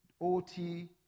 OT